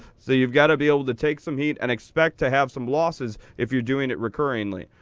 so you've got to be able to take some heat and expect to have some losses if you're doing it recurringly.